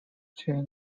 chi